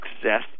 success